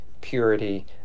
purity